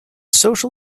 social